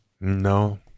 No